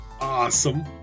awesome